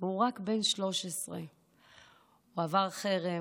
הוא רק בן 13. הוא עבר חרם,